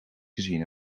gezien